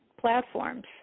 platforms